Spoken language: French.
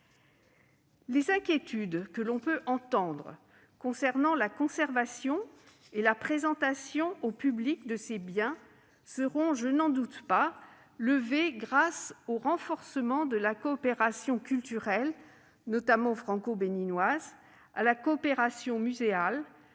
Les inquiétudes que l'on peut entendre concernant la conservation et la présentation au public de ces biens seront, je n'en doute pas, levées grâce au renforcement de la coopération culturelle franco-béninoise, à la coopération muséale,